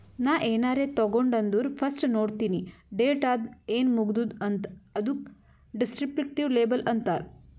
ನಾ ಏನಾರೇ ತಗೊಂಡ್ ಅಂದುರ್ ಫಸ್ಟ್ ನೋಡ್ತೀನಿ ಡೇಟ್ ಅದ ಏನ್ ಮುಗದೂದ ಅಂತ್, ಅದುಕ ದಿಸ್ಕ್ರಿಪ್ಟಿವ್ ಲೇಬಲ್ ಅಂತಾರ್